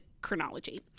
chronology